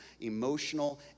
emotional